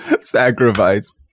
Sacrifice